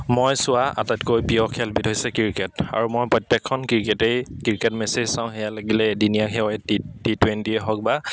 মই চোৱা আটাইতকৈ প্ৰিয় খেলবিধ হৈছে ক্ৰিকেট আৰু মই প্ৰত্যেকখন ক্ৰিকেটেই ক্ৰিকেট মেচেই চাওঁ সেয়া লাগিলে এদিনীয়া হয় টি টুৱেণ্টিয়ে হওক বা